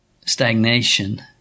Stagnation